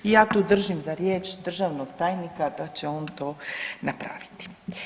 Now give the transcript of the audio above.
I ja tu držim za riječ državnog tajnika da će on to napraviti.